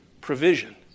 provision